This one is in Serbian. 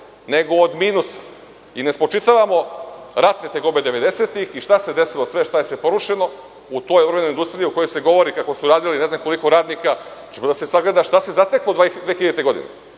nego od minusa. Ne spočitavamo ratne tegobe devedesetih i šta se sve desilo i šta je sve porušeno u toj industriji o kojoj se govori kako je radilo ne znam koliko radnika, nego se sagledava šta se zateklo 2000. godine